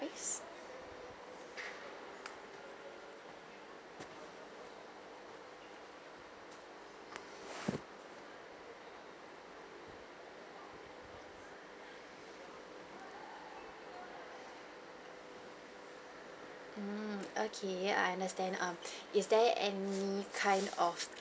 mm okay I understand um is there any kind of